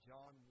John